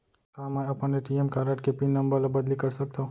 का मैं अपन ए.टी.एम कारड के पिन नम्बर ल बदली कर सकथव?